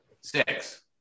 six